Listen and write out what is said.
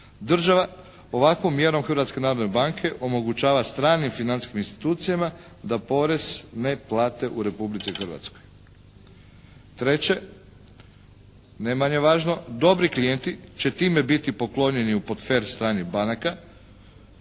Država ovakvom mjerom Hrvatske narodne banke omogućava stranim financijskim institucijama da porez ne plate u Republici Hrvatskoj. Treće, ne manje važno dobri klijenti će time biti poklonjeni u portfelj stranih banaka,